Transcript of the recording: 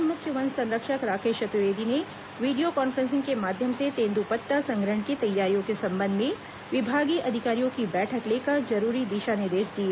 प्रधान मुख्य वन संरक्षक राकेश चतुर्वेदी ने वीडियो कॉन्फ्रेंसिंग के माध्यम से तेंद्रपत्ता संग्रहण की तैयारियों के संबंध में विभागीय अधिकारियों की बैठक लेकर जरूरी दिशा निर्देश दिए